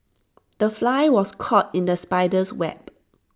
the fly was caught in the spider's web